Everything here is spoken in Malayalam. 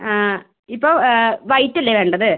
ഇപ്പോൾ വൈറ്റ് അല്ലേ വേണ്ടത്